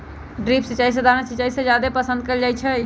drip सिंचाई सधारण सिंचाई से जादे पसंद कएल जाई छई